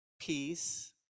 peace